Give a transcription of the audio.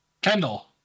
Kendall